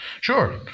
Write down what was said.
Sure